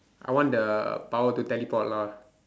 I want the power to teleport lah